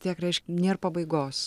tiek reišk nėr pabaigos